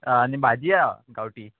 आनी भाजी आ गांवटी